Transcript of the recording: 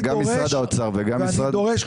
גם משרד האוצר וגם משרד התרבות והספורט.